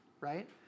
right